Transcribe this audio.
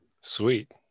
Sweet